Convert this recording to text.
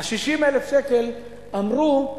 60,000 שקל, אמרו: